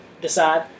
decide